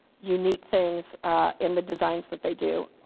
you knee things in the designs that they do.